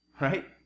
right